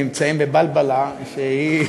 נמצאים בבלבלה שהיא,